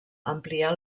ampliar